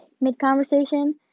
mid-conversation